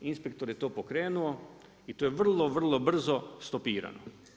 Inspektor je to pokrenuo i to je vrlo vrlo brzo stopirano.